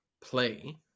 play